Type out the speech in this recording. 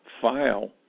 file